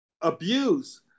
Abuse